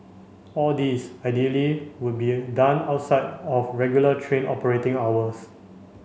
all this ideally would be done outside of regular train operating hours